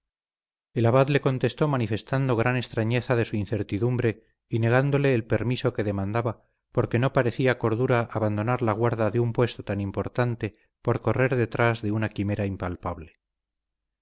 el abad le contestó manifestando gran extrañeza de su incertidumbre y negándole el permiso que demandaba porque no parecía cordura abandonar la guarda de un puesto tan importante por correr detrás de una quimera impalpable